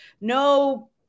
no